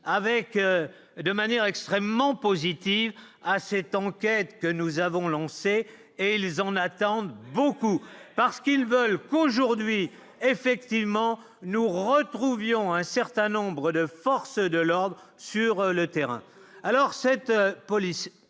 de manière extrêmement positive à cette enquête que nous avons lancé et ils en attendent beaucoup, parce qu'ils veulent qu'aujourd'hui effectivement nous retrouvions un certain nombre de forces de l'ordre sur le terrain, alors, cette police